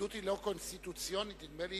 ההתנגדות היא לא קונסטיטוציונית, נדמה לי